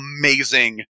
amazing